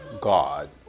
God